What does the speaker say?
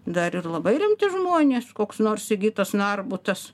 dar ir labai rimti žmonės koks nors sigitas narbutas